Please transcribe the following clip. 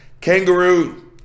kangaroo